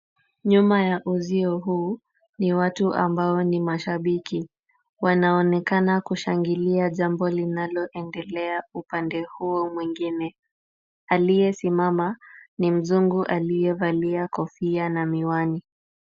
Nyuma ya uzio huu ni watu ambao ni mashabiki. Wanaonekana kushangilia jambo linaloendelea upande huo mwengine. Aliyesimama ni mzungu aliyevalia kofia na miwani.